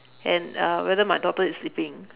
and uh whether my daughter is sleeping